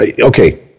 okay